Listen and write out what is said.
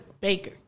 baker